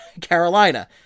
Carolina